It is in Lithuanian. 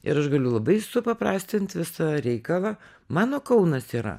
ir aš galiu labai supaprastint visą reikalą mano kaunas yra